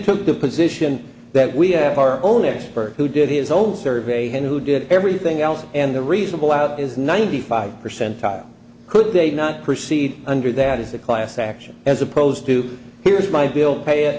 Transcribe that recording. took the position that we have our own expert who did his own survey who did everything else and the reasonable out is ninety five percentile could they not proceed under that as a class action as opposed to here's my bill pa